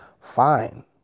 fine